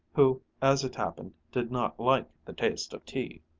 who, as it happened, did not like the taste of tea.